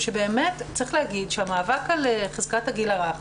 כי באמת צריך להגיד שהמאבק על חזקת הגיל הרך